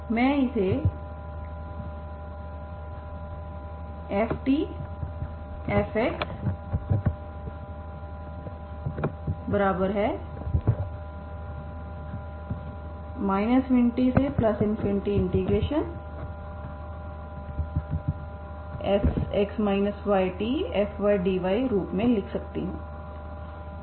मैं इसे Ftfx ∞Sx ytfdy रूप में भी लिख सकती हूं